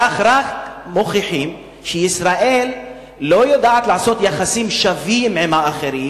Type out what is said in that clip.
כך רק מוכיחים שישראל לא יודעת לעשות יחסים שווים עם האחרים.